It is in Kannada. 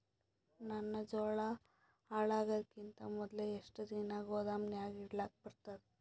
ನನ್ನ ಜೋಳಾ ಹಾಳಾಗದಕ್ಕಿಂತ ಮೊದಲೇ ಎಷ್ಟು ದಿನ ಗೊದಾಮನ್ಯಾಗ ಇಡಲಕ ಬರ್ತಾದ?